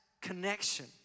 connection